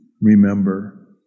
remember